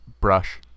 brush